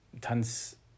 Tanz